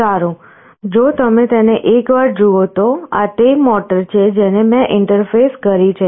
સારું જો તમે તેને એકવાર જુઓ તો આ તે મોટર છે જેને મેં ઇન્ટરફેસ કરી છે